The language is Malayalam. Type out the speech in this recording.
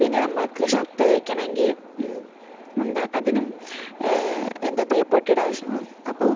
പിന്നെ നമ്മൾക്ക് ഷർട്ട് തേക്കണമെങ്കിൽ എന്താ അതിനും എന്താ തേപ്പു പെട്ടിയുടെ ആവശ്യമാണ് അപ്പോൾ